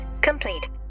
complete